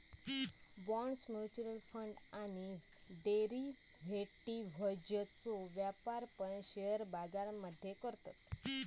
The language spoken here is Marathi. बॉण्ड्स, म्युच्युअल फंड आणि डेरिव्हेटिव्ह्जचो व्यापार पण शेअर बाजार मध्ये करतत